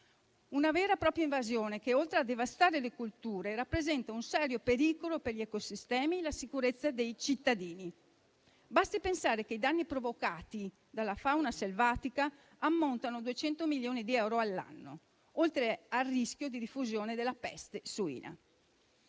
Una vera e propria invasione che, oltre a devastare le colture, rappresenta un serio pericolo per gli ecosistemi e la sicurezza dei cittadini. Basti pensare che i danni provocati dalla fauna selvatica ammontano a 200 milioni di euro all'anno, oltre al rischio di diffusione della peste suina.